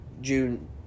June